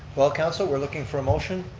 well, council, we're looking for a motion.